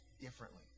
differently